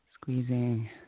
squeezing